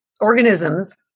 organisms